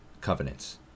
covenants